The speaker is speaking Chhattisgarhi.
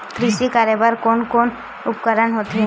कृषि करेबर कोन कौन से उपकरण होथे?